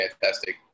fantastic